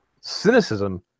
cynicism